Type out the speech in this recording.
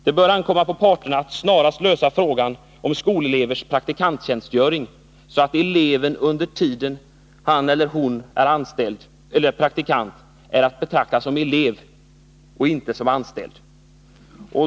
Det bör ankomma på parterna att snarast lösa frågan om skolelevers praktikanttjänstgöring, så att eleven under den tid han eller hon är praktikant är att betrakta som elev och inte som anställd.